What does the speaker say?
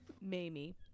mamie